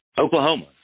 Oklahoma